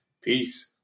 Peace